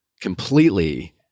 completely